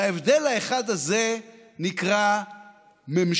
וההבדל האחד הזה נקרא "ממשלה".